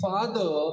Father